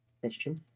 Question